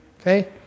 Okay